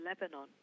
Lebanon